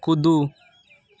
कूदू